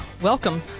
Welcome